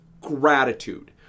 gratitude